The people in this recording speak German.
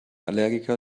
allergiker